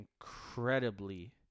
incredibly